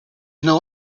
know